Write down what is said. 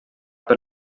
per